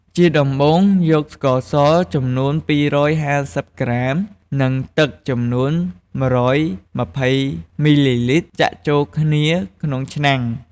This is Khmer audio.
ជាដំបូងយកស្ករស ចំនួន២៥០ក្រាម និងទឹកចំនួន១២០មីលីលីត្រចាក់ចូលគ្នាក្នុងឆ្នាំង។